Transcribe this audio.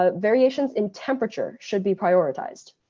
ah variations in temperature should be prioritized.